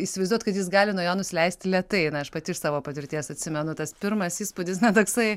įsivaizduot kad jis gali nuo jo nusileisti lėtai na aš pati iš savo patirties atsimenu tas pirmas įspūdis na toksai